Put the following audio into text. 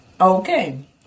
Okay